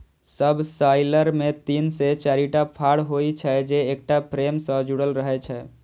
subsoiler मे तीन से चारिटा फाड़ होइ छै, जे एकटा फ्रेम सं जुड़ल रहै छै